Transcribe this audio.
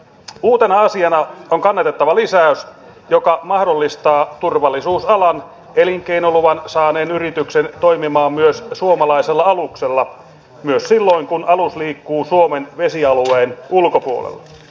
uutena asiana on kannatettava lisäys joka mahdollistaa turvallisuusalan elinkeinoluvan saaneen yrityksen toimia myös suomalaisella aluksella myös silloin kun alus liikkuu suomen vesialueen ulkopuolella